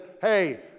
hey